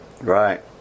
Right